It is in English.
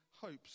hopes